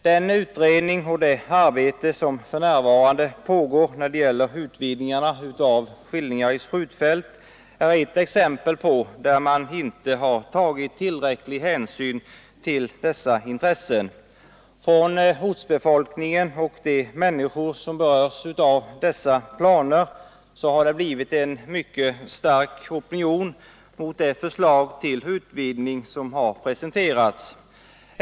Den utredning och det arbete som för närvarande pågår när det gäller utvidgningarna av Skillingaryds skjutfält är ett exempel på att tillräcklig hänsyn inte har tagits till dessa intressen. Från ortsbefolkningen och de människor som berörs av dessa planer har det blivit en mycket stark opinion mot det förslag till utvidgning som har presenterats.